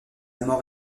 mort